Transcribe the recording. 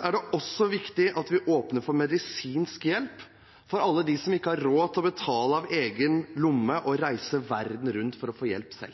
er det også viktig at vi åpner for medisinsk hjelp til alle dem som ikke selv har råd til å betale av egen lomme og reise verden rundt for å få hjelp.